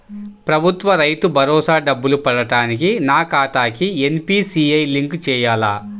ప్రభుత్వ రైతు భరోసా డబ్బులు పడటానికి నా ఖాతాకి ఎన్.పీ.సి.ఐ లింక్ చేయాలా?